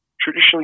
traditionally